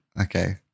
okay